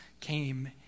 came